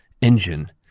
engine